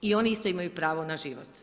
I oni isto imaju pravo na život.